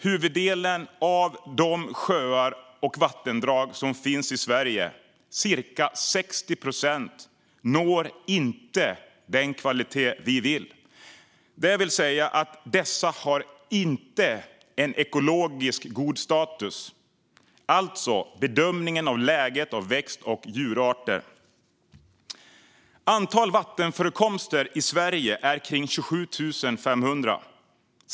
Huvuddelen av de sjöar och vattendrag som finns i Sverige, cirka 60 procent, når inte den kvalitet vi vill ha. Det vill säga att dessa inte har en god ekologisk status enligt bedömningen av läget för växt och djurarter. Antal vattenförekomster i Sverige är kring 27 500.